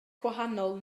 gwahanol